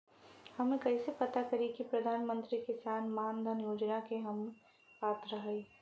हम कइसे पता करी कि प्रधान मंत्री किसान मानधन योजना के हम पात्र हई?